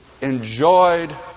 enjoyed